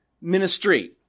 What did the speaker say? ministry